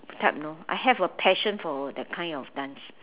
type know I have a passion for that kind of dance